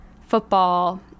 football